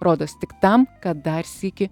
rodos tik tam kad dar sykį